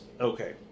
Okay